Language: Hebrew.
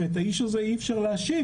ואת האיש הזה אי-אפשר להאשים,